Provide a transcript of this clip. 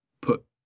put